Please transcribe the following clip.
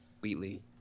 Wheatley